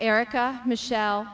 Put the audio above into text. erica michelle